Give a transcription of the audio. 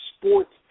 sports